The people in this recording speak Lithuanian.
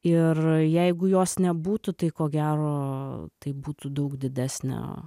ir jeigu jos nebūtų tai ko gero tai būtų daug didesnio